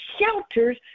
Shelters